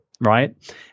right